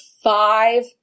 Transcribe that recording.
five